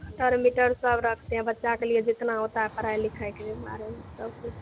cutter मिटर सब रखते हैं बच्चा के लिए जितना होता है पढ़ाई लिखाई के बारे में सब कुछ